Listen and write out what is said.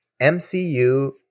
MCU